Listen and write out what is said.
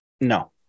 No